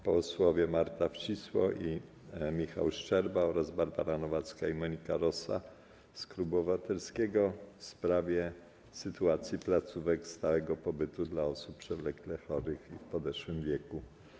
Posłowie Marta Wcisło, Michał Szczerba, Barbara Nowacka i Monika Rosa z klubu Koalicji Obywatelskiej w sprawie sytuacji placówek stałego pobytu dla osób przewlekle chorych i w podeszłym wieku.